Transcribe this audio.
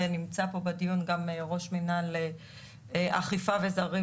ונמצא פה בדיון גם ראש מינהל אכיפה וזרים,